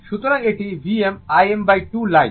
সুতরাং এটি Vm Im2 line